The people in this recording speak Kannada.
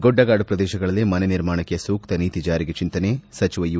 ಗುಡ್ಹಗಾಡು ಪ್ರದೇಶಗಳಲ್ಲಿ ಮನೆ ನಿರ್ಮಾಣಕ್ಕೆ ಸೂಕ್ತ ನೀತಿ ಜಾರಿಗೆ ಚಿಂತನೆ ಸಚಿವ ಯು